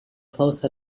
close